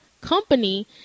Company